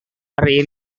hari